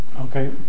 Okay